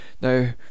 now